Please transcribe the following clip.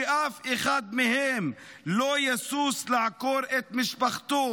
שאף אחד מהם לא ישיש לעקור את משפחתו